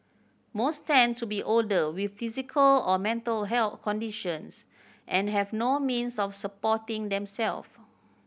most tend to be older with physical or mental health conditions and have no means of supporting themselves